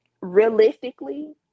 realistically